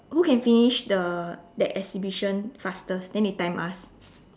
who can finish the that exhibition fastest then they time us